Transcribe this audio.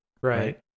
Right